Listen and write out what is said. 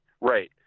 Right